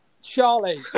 Charlie